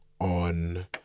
on